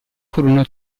furono